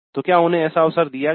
तो क्या उन्हें ऐसा अवसर दिया गया